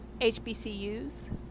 HBCUs